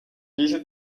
diese